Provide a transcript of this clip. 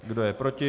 Kdo je proti?